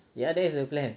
ya that's the plan